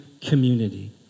community